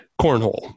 cornhole